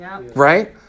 right